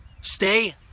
Stay